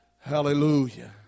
Hallelujah